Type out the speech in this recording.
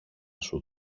σου